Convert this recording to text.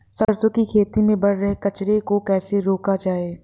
सरसों की खेती में बढ़ रहे कचरे को कैसे रोका जाए?